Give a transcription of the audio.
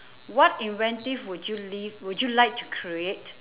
what inventive would you live would you like to create